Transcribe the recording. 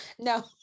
No